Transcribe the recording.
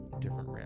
different